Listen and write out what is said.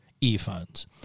earphones